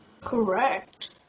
Correct